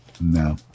no